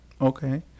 Okay